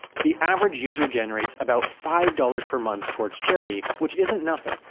the average user generates about five dollars per month towards charity which isn't nothing.